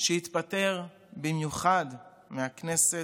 שהתפטר במיוחד מהכנסת,